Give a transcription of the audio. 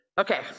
Okay